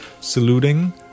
saluting